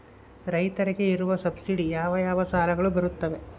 ರೈತರಿಗೆ ಇರುವ ಸಬ್ಸಿಡಿ ಯಾವ ಯಾವ ಸಾಲಗಳು ಬರುತ್ತವೆ?